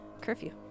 curfew